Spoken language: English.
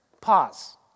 Pause